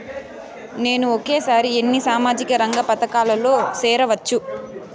నేను ఒకేసారి ఎన్ని సామాజిక రంగ పథకాలలో సేరవచ్చు?